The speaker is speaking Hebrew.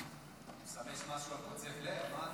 אתה מסמס משהו על קוצב לב?